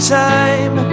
time